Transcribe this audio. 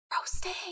Roasting